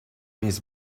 més